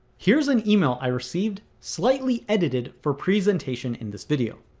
here's an email i received slightly edited for presentation in this video.